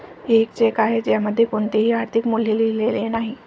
एक चेक आहे ज्यामध्ये कोणतेही आर्थिक मूल्य लिहिलेले नाही